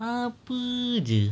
apa jer